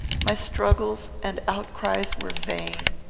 my struggles and outcries were vain.